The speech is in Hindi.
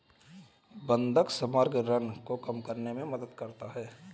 बंधक समग्र ऋण को कम करने में मदद करता है